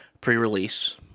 pre-release